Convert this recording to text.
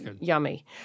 yummy